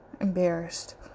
embarrassed